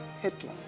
Hitler